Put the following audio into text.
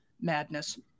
madness